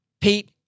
Pete